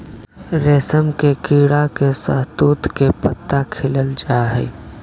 रेशम के कीड़ा के शहतूत के पत्ता खिलाल जा हइ